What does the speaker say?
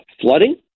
flooding